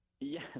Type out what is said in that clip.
Yes